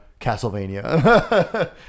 Castlevania